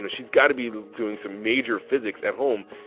she's got to be doing some major physics at home.